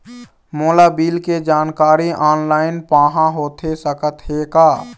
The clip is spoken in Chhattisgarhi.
मोला बिल के जानकारी ऑनलाइन पाहां होथे सकत हे का?